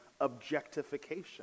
objectification